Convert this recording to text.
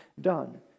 done